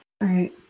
right